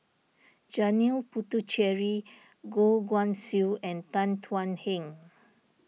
Janil Puthucheary Goh Guan Siew and Tan Thuan Heng